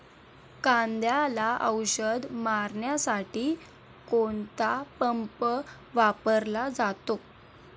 कांद्याला औषध मारण्यासाठी कोणता पंप वापरला जातो?